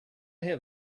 have